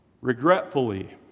Regretfully